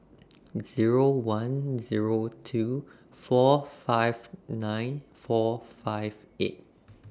Zero one Zero two four five nine four five eight